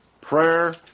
Prayer